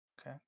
Okay